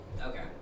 Okay